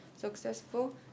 successful